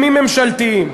גורמים ממשלתיים.